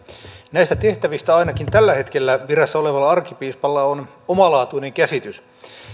näistä tehtävistä ainakin tällä hetkellä virassa olevalla arkkipiispalla on omalaatuinen käsitys